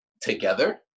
together